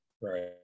right